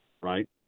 right